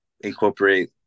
incorporate